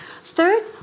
Third